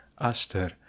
Aster